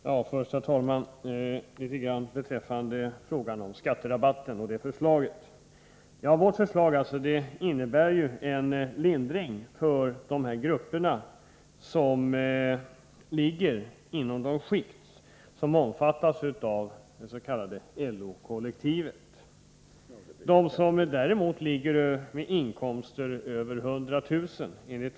Herr talman! Först vill jag säga några ord beträffande förslaget om skatterabatten. Vårt förslag innebär ju en lindring för de grupper som ligger inom de skikt som omfattar det s.k. LO-kollektivet. De som däremot har inkomster som ligger över 100 000 kr.